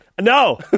No